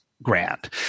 Grand